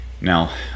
now